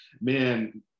man